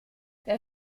der